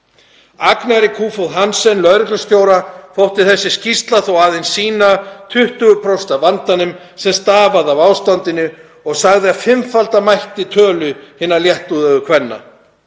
Agnari Kofoed-Hansen lögreglustjóra þótti þessi skýrsla þó aðeins sýna 20% af vandanum sem stafaði af ástandinu og sagði að fimmfalda mætti tölu hinna léttúðugu kvenna.